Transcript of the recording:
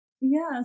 Yes